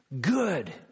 Good